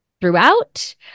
throughout